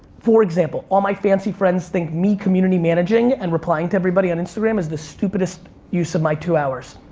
for example, all my fancy friends think me community managing and replying to everybody on instagram is the stupidest use of my two hours.